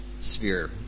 sphere